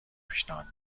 پیشنهاد